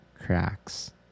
cracks